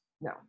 No